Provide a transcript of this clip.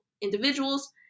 individuals